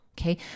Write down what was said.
Okay